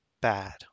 bad